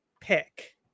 pick